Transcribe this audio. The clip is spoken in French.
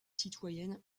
citoyenne